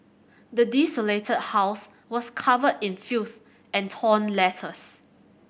the desolated house was covered in filth and torn letters